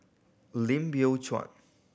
Lim Biow Chuan